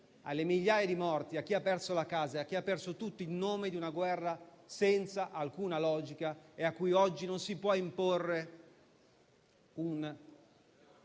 alle migliaia di morti, a chi ha perso la casa, a chi ha perso tutti in nome di una guerra senza alcuna logica, a cui oggi non si può imporre un